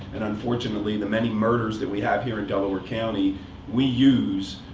and unfortunately, the many murders that we have here in delaware county we use